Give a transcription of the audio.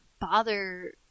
bother